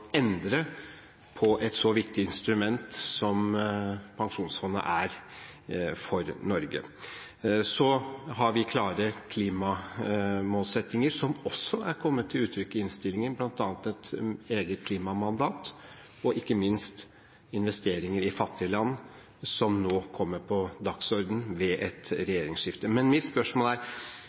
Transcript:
endre på et så viktig instrument som Pensjonsfondet er, for Norge. Så har vi klare klimamålsettinger som også er kommet til uttrykk i innstillingen, bl.a. et eget klimamandat og ikke minst investeringer i fattige land som kommer på dagsordenen nå ved et regjeringsskifte. Men mitt spørsmål er: